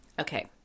Okay